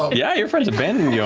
yeah, your friends abandoned you